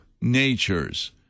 natures